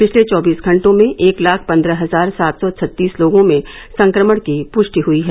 पिछले चौबीस घंटों में एक लाख पन्द्रह हजार सात सौ छत्तीस लोगों में संक्रमण की पुष्टि हुई है